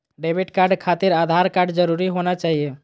Debit card खातिर Aadhaar card जरूरी होना चाहिए?